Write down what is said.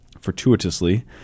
fortuitously